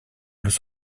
los